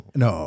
no